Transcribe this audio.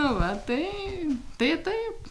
va taip tai taip